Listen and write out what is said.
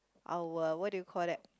our what do you call that